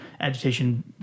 agitation